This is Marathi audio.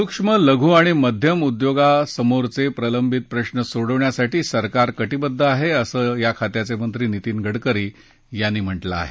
सूक्ष्म लघु आणि मध्यम उदयोगक्षेत्रापुढचे प्रलंबित प्रश्न सोडवण्यासाठी सरकार कटिबद्ध आहे असं या खात्याचे मंत्री नितीन गडकरी यांनी म्हटलं आहे